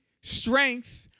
strength